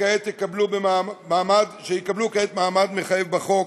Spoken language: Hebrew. שכעת יקבלו מעמד מחייב בחוק,